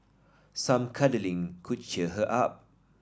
some cuddling could cheer her up